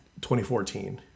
2014